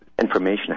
information